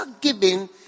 giving